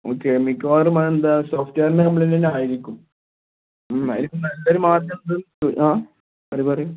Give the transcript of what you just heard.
okay മിക്കവാറും അത് എന്താ സോഫ്റ്റ്വെയറിൻ്റെ കംപ്ലെയിന്റ് തന്നെ ആയിരിക്കും ഇപ്പം നല്ലൊരു മാർഗം എന്താ ആ പറയു പറയു